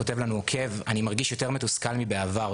כותב לנו עוקב: "אני מרגיש יותר מתוסכל מבעבר.